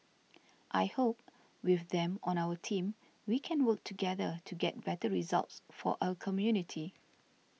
I hope with them on our team we can work together to get better results for our community